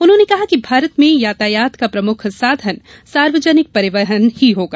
उन्होंने कहा कि भारत में यातायात का प्रमुख साधन सार्वजनिक परिवहन ही होगा